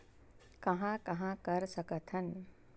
कहां कहां कर सकथन?